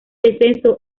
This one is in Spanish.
descenso